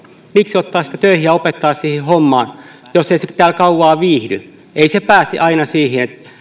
miksi ottaa töihin ja opettaa siihen hommaan jos ei siellä kauan viihdy ei pääse aina niihin